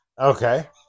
Okay